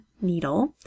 needle